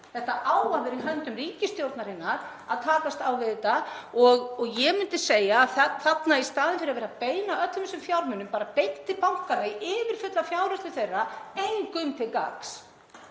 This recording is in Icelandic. Það á að vera í höndum ríkisstjórnarinnar að takast á við þetta og ég myndi segja að í staðinn fyrir að beina öllum þessum fjármunum beint til bankanna í yfirfullar fjárhirslur þeirra, engum til gagns,